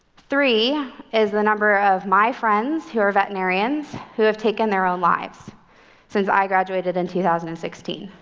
three is the number of my friends who are veterinarians who have taken their own lives since i graduated in two thousand and sixteen.